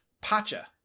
Pacha